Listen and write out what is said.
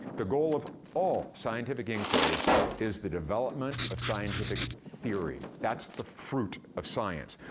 the goal of all scientific inquiry is the development of scientific theory. that's the fruit of science.